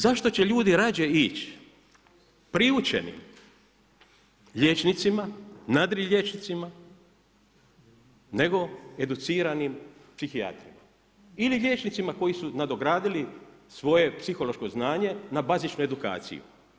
Zašto će ljudi radije ići priučeni liječnicima, nadri liječnicima nego educiranim psihijatrima ili liječnicima koji su nadogradili svoje psihološko znanje na bazičnu edukaciju.